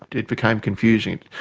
it became confusing.